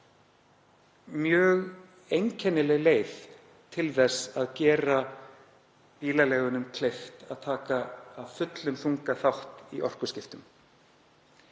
mjög einkennileg leið til þess að gera bílaleigunum kleift að taka af fullum þunga þátt í orkuskiptum.